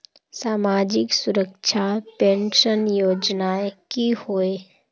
सामाजिक सुरक्षा पेंशन योजनाएँ की होय?